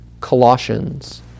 Colossians